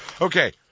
Okay